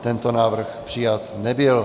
Tento návrh přijat nebyl.